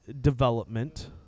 development